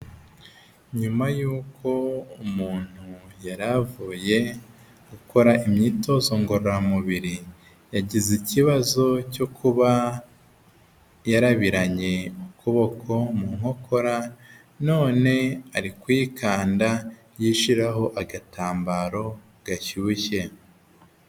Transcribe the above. Nyuma yuko umuntu yari avuye gukora imyitozo ngororamubiri, yagize ikibazo cyo kuba yarabiranye ukuboko mu nkokora none ari kwikanda yishyiraho agatambaro gashyushye.